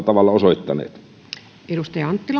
tavalla osoittanut arvoisa